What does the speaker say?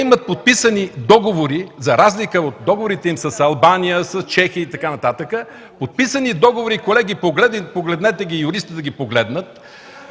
имат подписани договори, за разлика от договорите им с Албания, Чехия и така нататък. Имат подписани договори, колеги, погледнете ги. Юристите да ги погледнат.